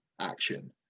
action